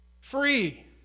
Free